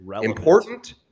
important